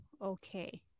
okay